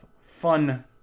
fun